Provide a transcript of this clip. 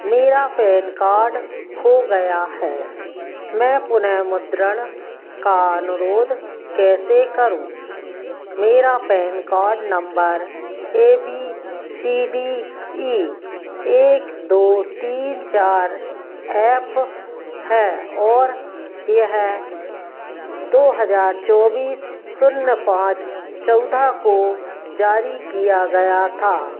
मेरा PAN card खो गया है मैं पुनर्मुद्रण का अनुरोध कैसे करूँ मेरा PAN card number A B C D E एक दो तीन चार एफ़ है और यह दो हज़ार चौबीस शून्य पाँच चौदह को जारी किया गया था